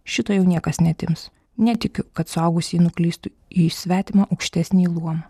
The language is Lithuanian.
šito jau niekas neatims netikiu kad suaugusi ji nuklystų į svetimą aukštesnįjį luomą